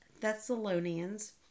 Thessalonians